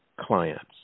clients